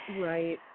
Right